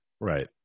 Right